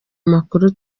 makuru